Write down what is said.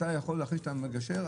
אתה יכול להחליט שאתה מגשר,